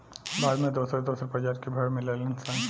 भारत में दोसर दोसर प्रजाति के भेड़ मिलेलन सन